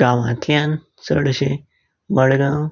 गांवातल्यान चडशी मडगांव